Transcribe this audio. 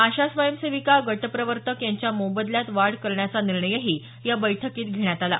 आशा स्वयंसेविका गट प्रवर्तक यांच्या मोबदल्यात वाढ करण्याचा निर्णयही या बैठकीत घेण्यात आला